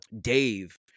Dave